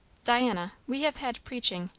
diana we have had preaching,